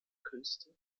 künste